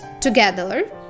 together